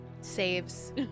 Saves